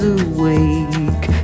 awake